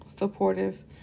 supportive